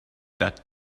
that